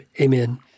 Amen